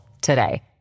today